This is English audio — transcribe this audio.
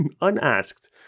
unasked